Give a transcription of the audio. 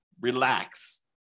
relax